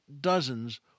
dozens